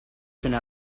turned